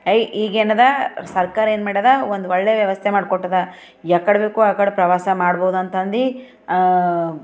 I ಈಗೇನದ ಸರ್ಕಾರ ಏನ್ಮಾಡದ ಒಂದು ಒಳ್ಳೆಯ ವ್ಯವಸ್ಥೆ ಮಾಡಿಕೊಟ್ಟದ ಯಕ್ಕಡೆ ಬೇಕು ಆಕ್ಕಡೆ ಪ್ರವಾಸ ಮಾಡ್ಬೋದು ಅಂತಂದು